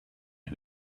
who